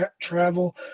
travel